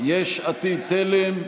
יש עתיד-תל"ם,